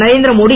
Narendra Modi